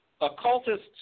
occultists